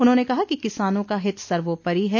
उन्होंने कहा कि किसानों का हित सर्वोपरि है